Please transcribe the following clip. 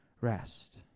rest